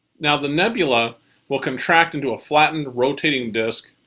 now the nebula will contract into a flattened, rotating disk,